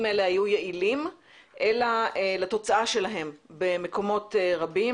האלה היו יעילים אלא לתוצאה שלהם במקומות רבים,